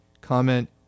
comment